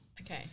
Okay